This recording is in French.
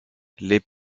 les